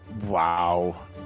Wow